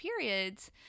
periods